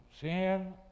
Sin